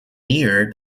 near